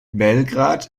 belgrad